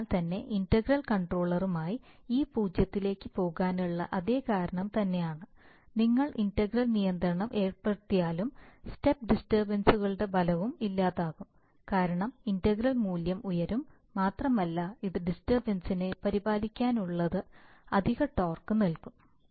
അതിനാൽ തന്നെ ഇന്റഗ്രൽ കൺട്രോളുമായി e പൂജ്യത്തിലേക്ക് പോകാനുള്ള അതേ കാരണം തന്നെയാണ് നിങ്ങൾ ഇന്റഗ്രൽ നിയന്ത്രണം ഏർപ്പെടുത്തിയാലും സ്റ്റെപ്പ് ഡിസ്റ്റർബൻസ്കളുടെ ഫലവും ഇല്ലാതാകും കാരണം ഇന്റഗ്രൽ മൂല്യം ഉയരും മാത്രമല്ല ഇത് ഡിസ്റ്റർബൻസ്സിനെ പരിപാലിക്കുന്നതിനുള്ള അധിക ടോർക്ക് നൽകും